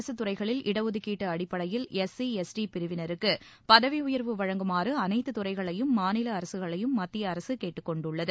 அரசு துறைகளில் இட ஒதுக்கீட்டு அடிப்படையில் எஸ் சி எஸ் டி பிரிவினருக்கு பதவி உயர்வு வழங்குமாறு அனைத்து துறைகளையும் மாநில அரசுகளையும் மத்திய அரசு கேட்டுக்கொண்டுள்ளது